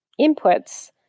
inputs